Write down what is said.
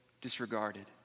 disregarded